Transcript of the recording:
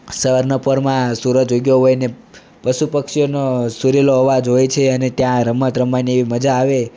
સવારના પોરમાં સૂરજ ઊગ્યો હોય ને પશુ પક્ષીઓનો સુરીલો અવાજ હોય છે અને તે આ રમત રમવાની એવી મજા આવે